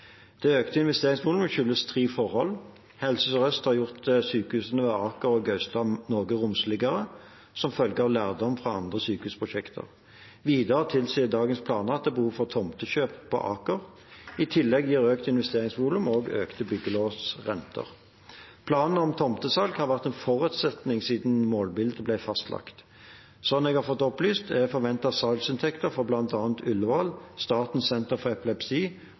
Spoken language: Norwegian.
Det økte investeringsvolumet skyldes tre forhold: Helse Sør-Øst har gjort sykehusene ved Aker og Gaustad noe romsligere, som følge av lærdom fra andre sykehusprosjekter. Videre tilsier dagens planer at det er behov for tomtekjøp på Aker. I tillegg gir økt investeringsvolum også økte byggelånsrenter. Planer om tomtesalg har vært en forutsetning siden målbildet ble fastlagt. Slik jeg har fått opplyst, er forventede salgsinntekter fra bl.a. Ullevål, Statens senter for epilepsi,